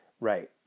Right